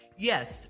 Yes